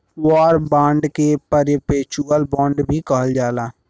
war bond के perpetual bond भी कहल जाला